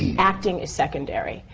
acting is secondary.